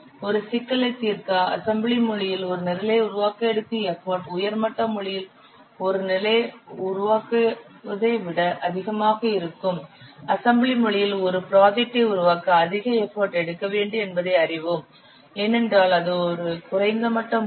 ஒரு சிக்கலை தீர்க்க அசம்பிளி மொழியில் ஒரு நிரலை உருவாக்க எடுக்கும் எஃபர்ட் உயர் மட்ட மொழியில் ஒரு நிரலை உருவாக்குவதை விட அதிகமாக இருக்கும் அசம்பிளி மொழியில் ஒரு ப்ராஜெக்டை உருவாக்க அதிக எஃபர்ட் எடுக்க வேண்டும் என்பதை அறிவோம் ஏனென்றால் அது குறைந்த மட்ட மொழி